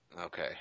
Okay